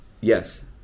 Yes